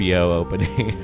opening